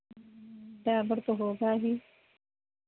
driver तो होगा ही